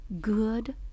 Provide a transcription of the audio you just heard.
good